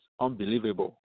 unbelievable